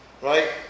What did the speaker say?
Right